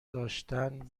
داشتن